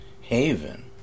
haven